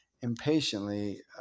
Impatiently